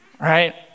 right